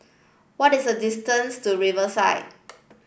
what is the distance to Riverside